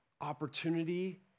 opportunity